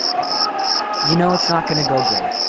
a you know, it's not going to go great.